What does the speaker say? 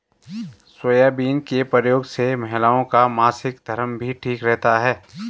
soybean के प्रयोग से महिलाओं का मासिक धर्म भी ठीक रहता है